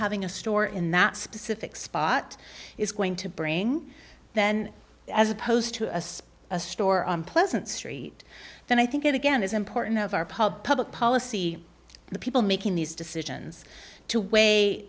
having a store in that specific spot is going to bring then as opposed to a spa a store on pleasant street then i think it again is important of our pub public policy the people making these decisions to w